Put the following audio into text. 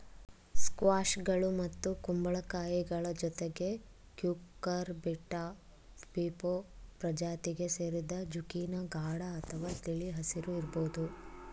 ಸ್ಕ್ವಾಷ್ಗಳು ಮತ್ತು ಕುಂಬಳಕಾಯಿಗಳ ಜೊತೆಗೆ ಕ್ಯೂಕರ್ಬಿಟಾ ಪೀಪೊ ಪ್ರಜಾತಿಗೆ ಸೇರಿದೆ ಜುಕೀನಿ ಗಾಢ ಅಥವಾ ತಿಳಿ ಹಸಿರು ಇರ್ಬೋದು